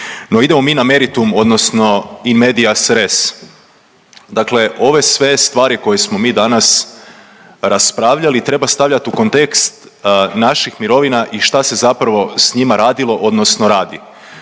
No idemo mi na meritum odnosno „In medias res“, dakle ove sve stvari koje smo mi danas raspravljali treba stavljat u kontekst naših mirovina i šta se zapravo s njima radilo odnosno radi